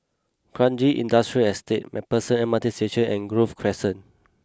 Kranji Industrial Estate MacPherson M R T Station and Grove Crescent